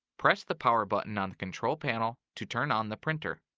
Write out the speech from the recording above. press the power button on the control panel to turn on the printer.